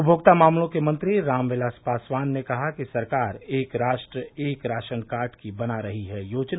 उपभोक्ता मामलों के मंत्री रामविलास पासवान ने कहा कि सरकार एक राष्ट्र एक राशन कार्ड की बना रही है योजना